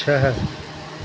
छह